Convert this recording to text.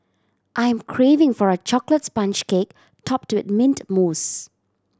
I'm craving for a chocolate sponge cake topped with mint mousse